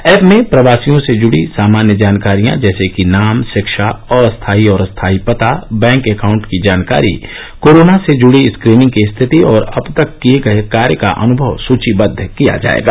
app में प्रवासियों से जुड़ी सामान्य जानकारियां जैसे कि नाम शिक्षा अस्थाई और स्थाई पता बैंक अकाउंट की जानकारी कोरोना से जुड़ी स्क्रीनिंग की स्थिति और अब तक किए गए कार्य का अनुभव सुचीबद्द किया जाएगा